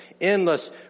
endless